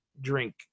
drink